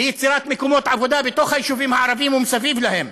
ליצירת מקומות עבודה בתוך היישובים הערביים ומסביב להם.